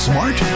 Smart